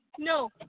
No